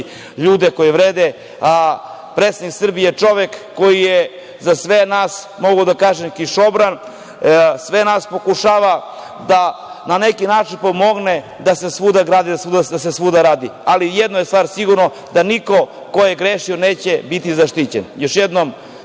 ljude koje vrede, a predsednik Srbije je čovek koji je za sve nas, mogu da kažem, kišobran, sve nas pokušava da na neki način pomogne da se svuda grade i da se svuda radi, ali jedna stvar sigurna da niko ko je grešio neće biti zaštićen. Još jednom,